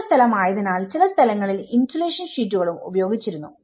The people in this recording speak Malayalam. ചൂടുള്ള സ്ഥലം ആയതിനാൽ ചില സ്ഥലങ്ങളിൽ ഇന്സുലേഷൻ ഷീറ്റുകളും ഉപയോഗിച്ചിരുന്നു